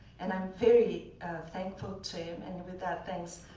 and i'm very thakful to him. and with that thanks,